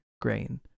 grain